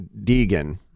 Deegan